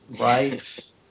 right